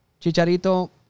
Chicharito